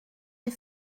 les